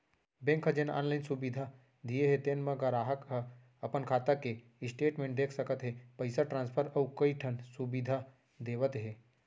bank ह जेन online सुबिधा दिये हे तेन म गराहक ह अपन खाता के स्टेटमेंट देख सकत हे, पइसा ट्रांसफर अउ कइ ठन सुबिधा देवत हे